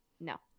no